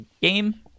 game